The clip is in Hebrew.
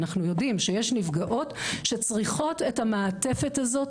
אנחנו יודעים שיש נפגעות שצריכות את המעטפת הזאת,